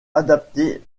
adapté